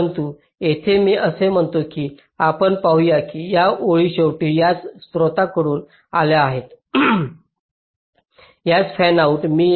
परंतु येथे मी असे करतो की आपण पाहू या की या ओळी शेवटी त्याच स्त्रोताकडून आल्या आहेत त्याच फॅनआऊट मी